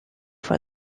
for